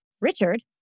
Richard